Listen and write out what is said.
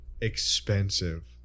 expensive